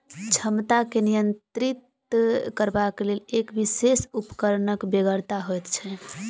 क्षमता के नियंत्रित करबाक लेल एक विशेष उपकरणक बेगरता होइत छै